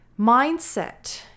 Mindset